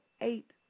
eight